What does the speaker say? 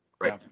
Right